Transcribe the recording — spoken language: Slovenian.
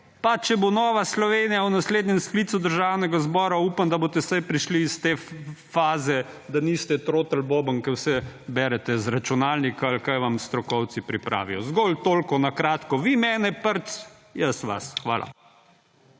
Pa če bo Nova Slovenija v naslednjem sklicu Državnega zbora, upam, da boste prišli iz te faze, da niste trotel bobon, ki vse berete z računalnika ali kar vam strokovci pripravijo. Zgolj toliko na kratko. Vi mene prc, jaz vas. Hvala.